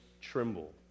tremble